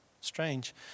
strange